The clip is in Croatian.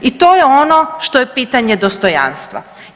I to je ono što je pitanje dostojanstva.